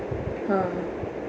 ah